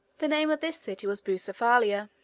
the name of this city was bucephalia.